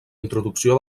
introducció